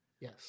Yes